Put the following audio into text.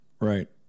right